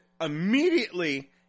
immediately